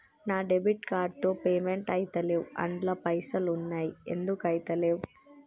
నా debit card తో payment ఐతలేవ్ అండ్ల పైసల్ ఉన్నయి ఎందుకు ఐతలేవ్?